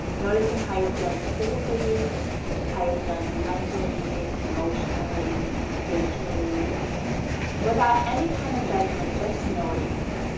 noticing how, you're feeling, physically how, you're feeling mentally emotionally spiritually without, any kind of judgment just noticing